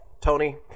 Tony